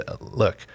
look